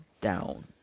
down